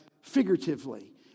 figuratively